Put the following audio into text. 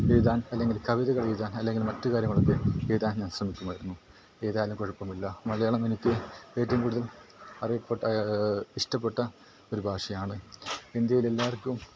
എഴുതാൻ അല്ലങ്കിൽ കവിതകളെഴുതാൻ അല്ലങ്കിൽ മറ്റ് കാര്യങ്ങളുമൊക്കെ എഴുതാൻ ഞാൻ ശ്രമിക്കുമായിരുന്നു ഏതായാലും കുഴപ്പമില്ല മലയാളം എനിക്ക് ഏറ്റവും കൂടുതൽ അറിയപ്പെട്ട ഇഷ്ടപെട്ട ഒരു ഭാഷയാണ് ഇന്ത്യയിലെല്ലാവർക്കും